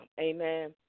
Amen